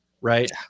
right